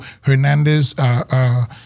Hernandez